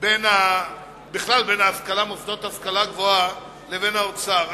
בין מוסדות ההשכלה הגבוהה לבין האוצר.